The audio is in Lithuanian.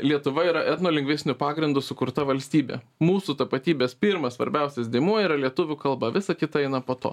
lietuva yra etnolingvistiniu pagrindu sukurta valstybė mūsų tapatybės pirmas svarbiausias dėmuo yra lietuvių kalba visa kita eina po to